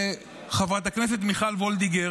חברת הכנסת מיכל וולדיגר,